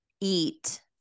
eat-